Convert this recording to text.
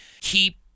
keep